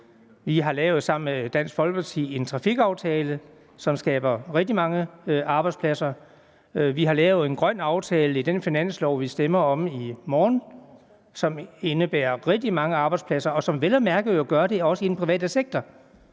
Vi har sammen med Dansk Folkeparti lavet en trafikaftale, som skaber rigtig mange arbejdspladser. Vi har lavet en grøn aftale i det finanslovforslag, der stemmes om i morgen, og som indebærer rigtig mange arbejdspladser, og som vel og mærke jo gør det også i den private sektor.